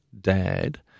dad